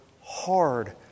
hard